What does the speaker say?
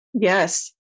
Yes